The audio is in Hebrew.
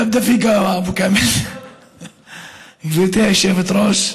גברתי היושבת-ראש,